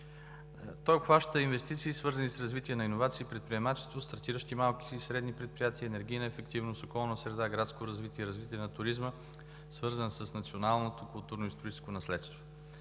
Той обхваща инвестициите, свързани с развитие на иновации и предприемачество, стартиращи, малки и средни предприятия, енергийна ефективност, околна среда, градско развитие и развитие на туризма, свързан с националното културно историческо наследство.